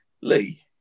Lee